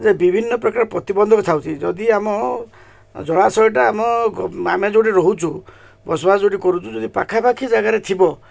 ଯେ ବିଭିନ୍ନ ପ୍ରକାର ପ୍ରତିବନ୍ଧକ ଥାଉଛି ଯଦି ଆମ ଜଳାଶୟଟା ଆମ ଆମେ ଯେଉଁଠି ରହୁଛୁ ବସବାସ ଯେଉଁଠି କରୁଛୁ ଯଦି ପାଖାପାଖି ଜାଗାରେ ଥିବ